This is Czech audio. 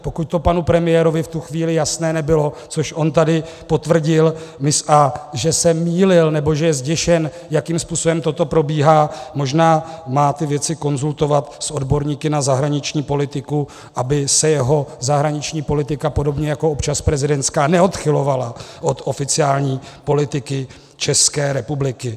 Pokud to panu premiérovi v tu chvíli jasné nebylo, což on tady potvrdil, že se mýlil nebo že je zděšen, jakým způsobem toto probíhá, možná má ty věci konzultovat s odborníky na zahraniční politiku, aby se jeho zahraniční politika, podobně jako občas prezidentská, neodchylovala od oficiální politiky České republiky.